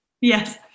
Yes